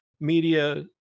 Media